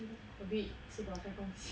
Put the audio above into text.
a bit 吃饱太空闲